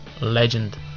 legend